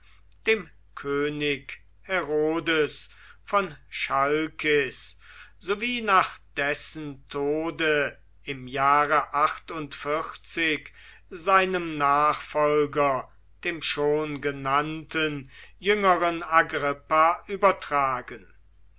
dem könig herodes von chalkis sowie nach dessen tode im jahre seinem nachfolger dem schon genannten jüngeren agrippa übertragen